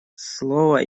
слово